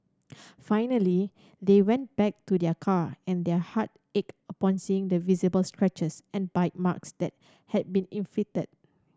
finally they went back to their car and their heart ached upon seeing the visible scratches and bite marks that had been inflicted